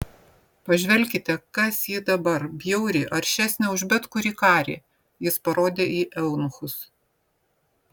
pažvelkite kas ji dabar bjauri aršesnė už bet kurį karį jis parodė į eunuchus